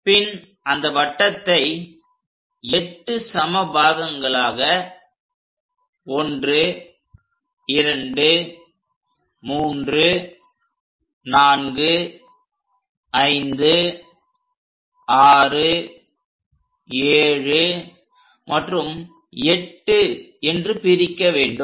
பின் அந்த வட்டத்தை 8 சம பாகங்களாக 1 2 3 4 5 6 7 மற்றும் 8 என்று பிரிக்க வேண்டும்